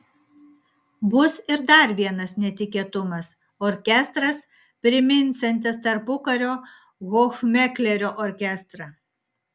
bus ir dar vienas netikėtumas orkestras priminsiantis tarpukario hofmeklerio orkestrą